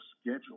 schedule